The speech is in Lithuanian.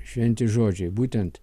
šventi žodžiai būtent